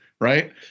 right